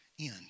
end